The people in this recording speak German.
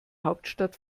hauptstadt